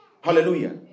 Hallelujah